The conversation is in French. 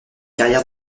carrière